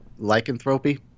lycanthropy